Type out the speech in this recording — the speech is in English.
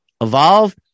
evolve